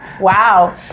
Wow